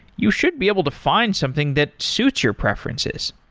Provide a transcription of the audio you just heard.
you should be able to find something that suits your preferences.